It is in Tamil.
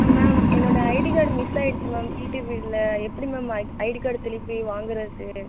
மேம் என்னோட ஐடி கார்டு மிஸ் ஆயிடுச்சு மேம் பீட்டீ ப்ரியடில் எப்படி மேம் ஐடி கார்டு திருப்பி வாங்கிறது